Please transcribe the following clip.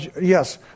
yes